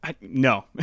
No